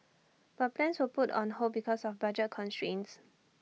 but plans were put on hold because of budget constraints